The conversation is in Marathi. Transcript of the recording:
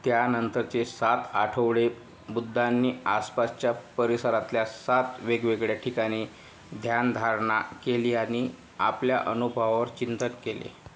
त्या नंतरचे सात आठवडे बुद्धांनी आसपासच्या परिसरातल्या सात वेगवेगळया ठिकाणी ध्यानधारणा केली आणि आपल्या अनुभवावर चिंतन केले